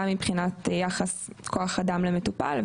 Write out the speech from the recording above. גם מבחינת יחס כוח אדם למטופל,